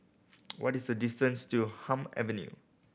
what is the distance to Hume Avenue